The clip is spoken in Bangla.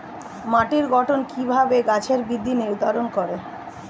মাটির গঠন কিভাবে গাছের বৃদ্ধি নির্ধারণ করে?